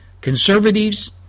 conservatives